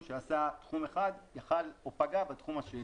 שעשה תחום אחד יכול היה לפגוע או פגע בתחום השני.